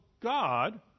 God